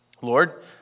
Lord